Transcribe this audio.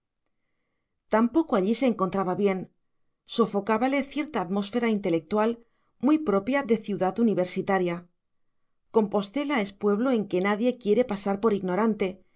tampoco allí se encontraba bien sofocábale cierta atmósfera intelectual muy propia de ciudad universitaria compostela es pueblo en que nadie quiere pasar por ignorante